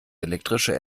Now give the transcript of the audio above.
elektrische